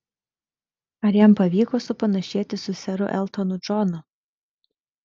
ar jam pavyko supanašėti su seru eltonu džonu